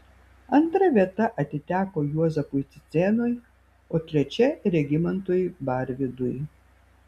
antra vieta atiteko juozapui cicėnui o trečia regimantui barvydui